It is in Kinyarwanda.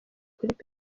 peteroli